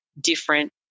different